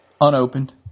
unopened